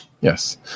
Yes